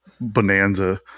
bonanza